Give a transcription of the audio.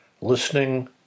listening